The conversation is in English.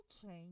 change